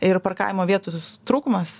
ir parkavimo vietų trūkumas